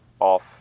off